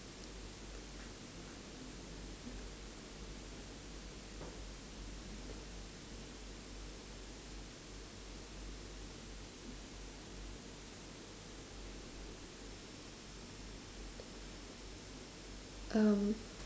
um